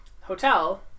Hotel